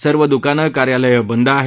सर्व दुकान कार्यालय बंद आहेत